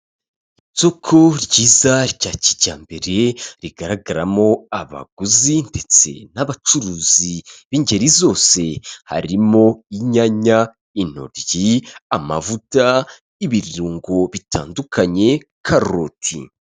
Isoko ryiza rya kijyambere rigaragaramo abaguzi ndetse n'abacuruzi b'ingeri zose. Harimo inyanya, intoryi, amavuta, ibirungo bitandukanye karoti.